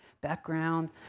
background